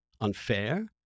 unfair